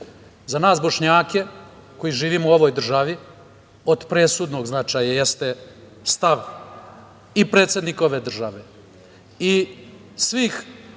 nas Bošnjake koji živimo u ovoj državi, od presudnog značaja jeste stav i predsednika ove države,